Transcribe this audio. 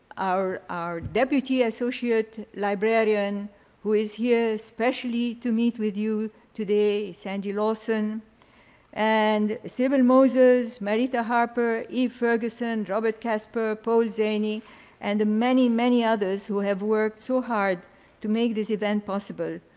our our deputy associate librarian who is here, especially to meet with you today, sandy lawson and sibyl moses, marieta harper, eve ferguson, robert casper, paul zany and many, many others who have worked so hard to make this event possible.